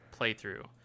playthrough